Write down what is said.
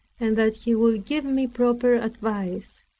and that he would give me proper advice.